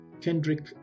Kendrick